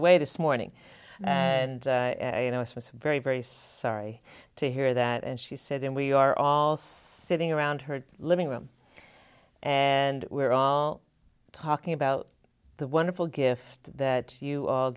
away this morning and you know it was very very sorry to hear that and she said and we are all sitting around her living room and we're all talking about the wonderful gift that you all